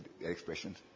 expressions